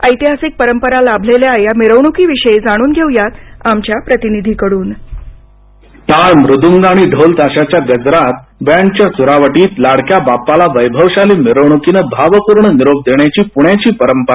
ऐतिहासिक परंपरा लाभलेल्या या मिरवणूकीविषयी जाणून घेऊयात आमच्या प्रतिनिधीकडून टाळमुद्ग आणि ढोलताशाच्या गजरात बँन्डच्या सुरावटीत लाडक्या बाप्पाला वैभवशाली मिरवणूकीनं भावपूर्ण निरोप देण्याची पुण्याची परंपरा